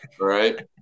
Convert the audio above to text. right